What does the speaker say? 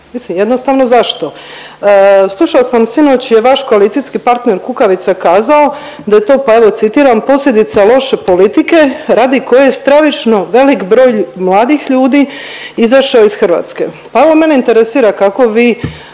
jednostavno zašto? Slušala sam sinoć je vaš koalicijski partner Kukavica kazao da je to pa evo citiram, posljedica loše politike radi koje je stravično velik broj mladih ljudi izašao iz Hrvatske. Pa evo mene interesira kako vi